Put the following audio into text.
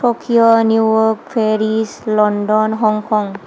Tokyo New York Paris London Hong Kong